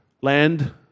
land